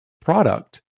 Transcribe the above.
product